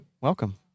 welcome